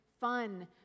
fun